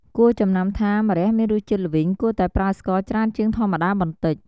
គួរចំណាំថា ម្រះមានរសជាតិល្វីងគួរតែប្រើស្ករច្រើនជាងធម្មតាបន្តិច។